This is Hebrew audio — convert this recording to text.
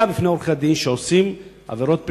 בפני עורכי-הדין שעושים עבירות פליליות.